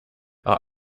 are